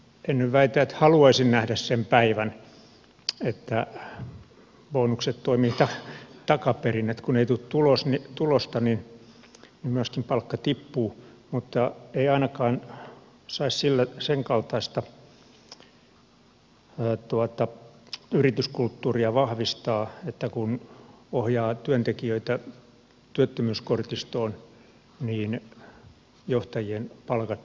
en nyt väitä että haluaisin nähdä sen päivän että bonukset toimivat takaperin että kun ei tule tulosta niin myöskin palkka tippuu mutta ei ainakaan saisi senkaltaista yrityskulttuuria vahvistaa että kun ohjaa työntekijöitä työttömyyskortistoon niin johtajien palkat nousevat